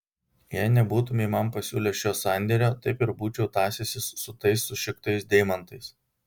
jei nebūtumei man pasiūlęs šio sandėrio taip ir būčiau tąsęsis su tais sušiktais deimantais